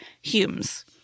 Humes